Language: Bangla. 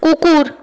কুকুর